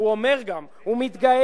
והוא אומר גם, הוא מתגאה,